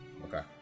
Okay